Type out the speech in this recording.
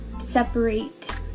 separate